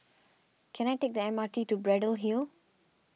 can I take the M R T to Braddell Hill